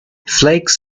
flakes